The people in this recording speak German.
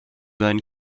sein